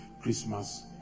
Christmas